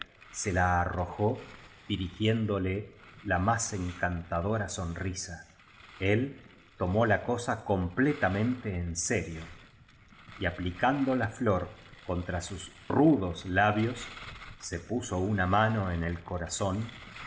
se la arrojó dirigiéndole la más encantadora sonrisa él tomó la cosa completamente en serio y aplicando la flor contra sus rudos labios se puso una mano en el corazón